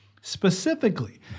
Specifically